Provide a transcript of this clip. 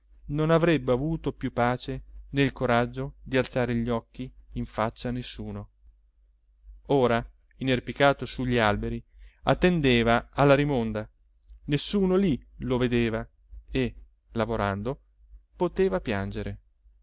non avrebbe avuto più pace né il coraggio di alzare gli occhi in faccia a nessuno ora inerpicato su gli alberi attendeva alla rimonda nessuno lì lo vedeva e lavorando poteva piangere